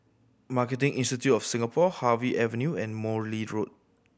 Marketing Institute of Singapore Harvey Avenue and Morley Road